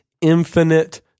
infinite